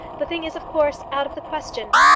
the thing is of course out of the question.